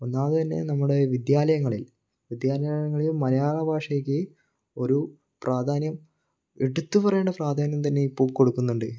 ഒന്നാമതു തന്നെ നമ്മുടെ വിദ്യാലയങ്ങളിൽ വിദ്യാലയങ്ങളിൽ മലയാളഭാഷയ്ക്ക് ഒരു പ്രാധാന്യം എടുത്തു പറയേണ്ട പ്രാധാന്യം തന്നെ ഇപ്പോൾ കൊടുക്കുന്നുണ്ട്